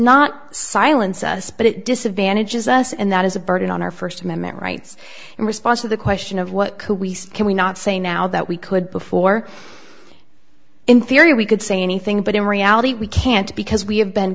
not silence us but it disadvantages us and that is a burden on our first amendment rights in response to the question of what can we not say now that we could before in theory we could say anything but in reality we can't because we have been